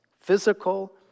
physical